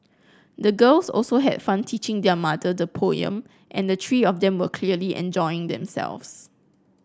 the girls also had fun teaching their mother the poem and the three of them were clearly enjoying themselves